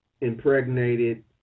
impregnated